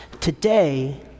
today